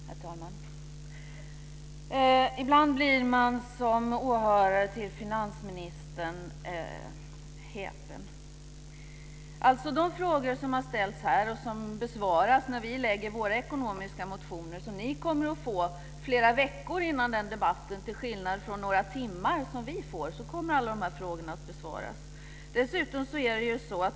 Herr talman! Ibland blir man som finansministerns åhörare häpen. De frågor som har ställts här besvaras när vi lägger fram våra ekonomiska motioner, som ni kommer att få flera veckor före debatten, till skillnad från några timmar före debatten som gällde för oss.